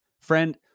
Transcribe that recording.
Friend